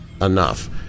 enough